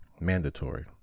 mandatory